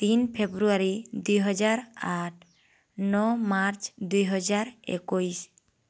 ତିନ ଫେବ୍ରୁଆରୀ ଦୁଇହଜାର ଆଠ ନଅ ମାର୍ଚ୍ଚ ଦୁଇହଜାର ଏକୋଇଶ